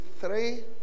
three